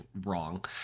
wrong